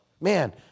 Man